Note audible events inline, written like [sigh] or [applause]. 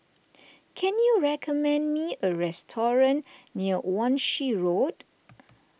[noise] can you recommend me a restaurant near Wan Shih Road